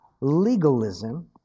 legalism